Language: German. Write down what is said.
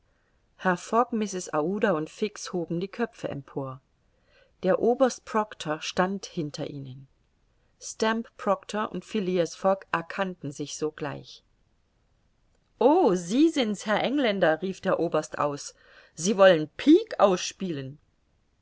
mrs aouda und fix hoben die köpfe empor der oberst proctor stand hinter ihnen stamp proctor und phileas fogg erkannten sich sogleich o sie sind's herr engländer rief der oberst aus sie wollen pique ausspielen